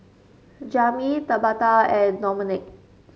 Jami Tabetha and Domenick